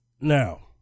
now